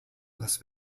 las